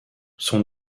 son